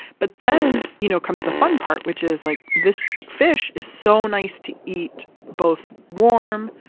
but then you know comes the fun part, which is like this fish is so nice to eat both warm,